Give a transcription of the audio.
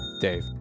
Dave